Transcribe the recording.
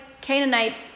Canaanites